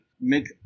make